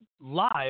live